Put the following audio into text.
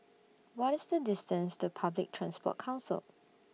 What IS The distance to Public Transport Council